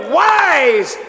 wise